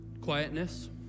quietness